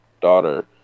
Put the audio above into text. daughter